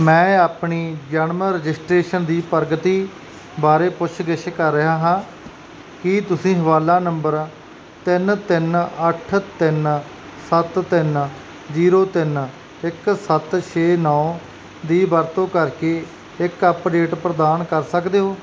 ਮੈਂ ਆਪਣੀ ਜਨਮ ਰਜਿਸਟ੍ਰੇਸ਼ਨ ਦੀ ਪ੍ਰਗਤੀ ਬਾਰੇ ਪੁੱਛ ਗਿੱਛ ਕਰ ਰਿਹਾ ਹਾਂ ਕੀ ਤੁਸੀਂ ਹਵਾਲਾ ਨੰਬਰ ਤਿੰਨ ਤਿੰਨ ਅੱਠ ਤਿੰਨ ਸੱਤ ਤਿੰਨ ਜ਼ੀਰੋ ਤਿੰਨ ਇੱਕ ਸੱਤ ਛੇ ਨੌ ਦੀ ਵਰਤੋਂ ਕਰਕੇ ਇੱਕ ਅੱਪਡੇਟ ਪ੍ਰਦਾਨ ਕਰ ਸਕਦੇ ਹੋ